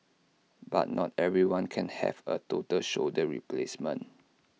but not everyone can have A total shoulder replacement